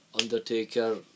Undertaker